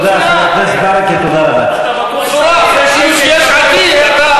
אתם אומרים שיש עתיד,